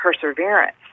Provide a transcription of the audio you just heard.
perseverance